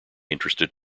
interested